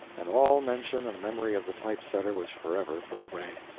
and all mention and memory of the type-setter was forever put away.